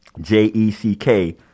J-E-C-K